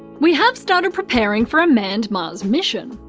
we have started preparing for a manned mars mission.